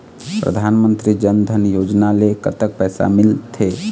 परधानमंतरी जन धन योजना ले कतक पैसा मिल थे?